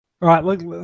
right